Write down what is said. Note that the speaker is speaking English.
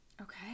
Okay